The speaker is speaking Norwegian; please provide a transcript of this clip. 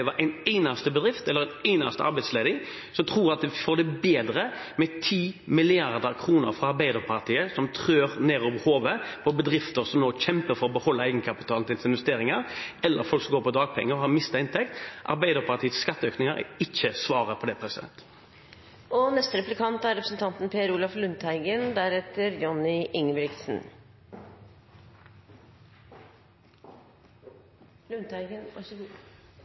en eneste bedrift eller en eneste arbeidsledig som tror at vi får det bedre med 10 mrd. kr fra Arbeiderpartiet som tres ned over hodet på bedrifter som nå kjemper for å beholde egenkapitalen sin til investeringer, eller folk som går på dagpenger og har mistet inntekt. Arbeiderpartiets skatteøkninger er ikke svaret på det.